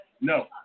No